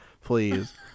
please